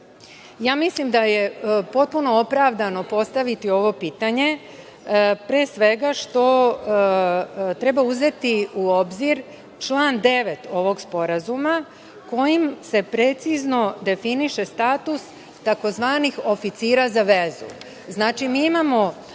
da je potpuno opravdano postaviti ovo pitanje, pre svega zbog toga što treba uzeti u obzir član 9. ovog sporazuma kojim se precizno definiše status takozvanih oficira za vezu.